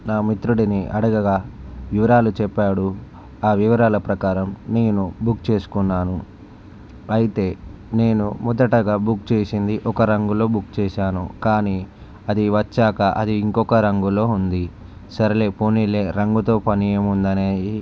నా మిత్రుడిని అడుగగా వివరాలు చెప్పాడు ఆ వివరాలు ప్రకారం నేను బుక్ చేసుకున్నాను అయితే నేను మొదటగా బుక్ చేసింది ఒక రంగులో బుక్ చేశాను కానీ అది వచ్చాక అది ఇంకొక రంగులో ఉంది సరేలే పోనీలే రంగుతో పణి ఏముంది అనేది